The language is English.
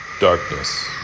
Darkness